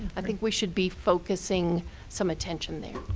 i think we should be focusing some attention there.